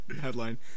headline